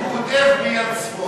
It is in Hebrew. הוא כותב ביד שמאל.